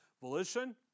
volition